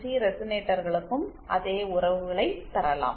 C ரெசனேட்டர்களுக்கும் அதே உறவுகளைப் பெறலாம்